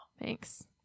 Thanks